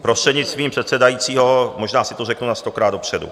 Prostřednictvím předsedajícího, možná si to řeknu stokrát dopředu.